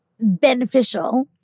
beneficial